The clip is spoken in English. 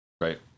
right